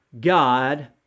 God